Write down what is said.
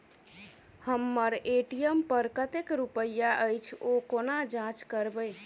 हम्मर ए.टी.एम पर कतेक रुपया अछि, ओ कोना जाँच करबै?